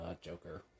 Joker